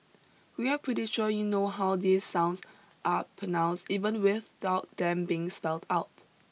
we are pretty sure you know how these sounds are pronounced even without them being spelled out